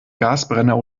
gasbrenner